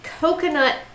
coconut